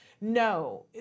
No